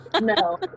No